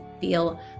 feel